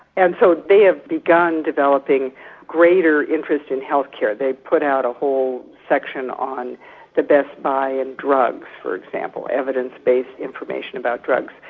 and so they have begun developing greater interest in health care, they put out a whole section on the best buy in drugs for example, evidence-based information about drugs.